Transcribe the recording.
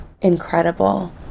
incredible